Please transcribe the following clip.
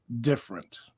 different